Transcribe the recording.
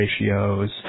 ratios